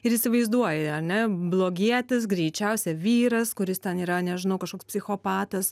ir įsivaizduoji ar ne blogietis greičiausia vyras kuris ten yra nežinau kažkoks psichopatas